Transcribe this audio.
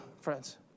friends